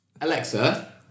Alexa